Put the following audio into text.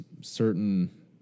certain